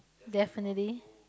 definitely